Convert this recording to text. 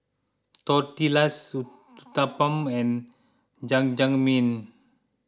Tortillas Uthapam and Jajangmyeon